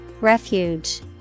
Refuge